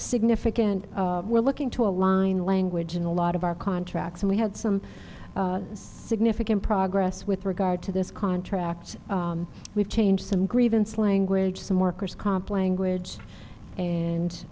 significant we're looking to align language in a lot of our contracts and we had some significant progress with regard to this contract we've changed some grievance language some workers comp language